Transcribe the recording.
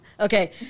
Okay